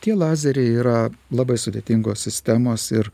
tie lazeriai yra labai sudėtingos sistemos ir